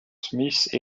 smith